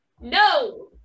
No